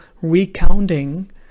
recounting